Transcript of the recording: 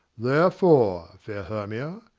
therefore, fair hermia,